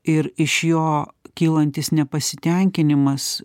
ir iš jo kylantis nepasitenkinimas